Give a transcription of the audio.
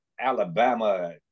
Alabama